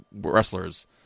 wrestlers